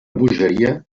bogeria